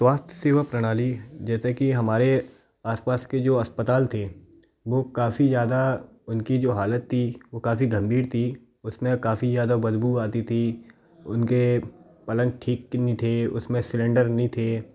स्वास्थ्य सेवा प्रणाली जैसे कि हमारे आस पास के जो अस्पताल थे वो काफ़ी ज़्यादा उनकी जो हालत थी वो काफी गंभीर ती उसमें काफ़ी ज़्यादा बदबू आती थी उनके पलंग ठीक नहीं थे उस में सिलेंडर नहीं थे